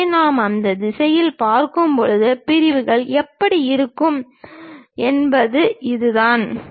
எனவே நாம் அந்த திசையில் பார்க்கும்போது பிரிவுகள் எப்படி இருக்கும் என்பது இதுதான்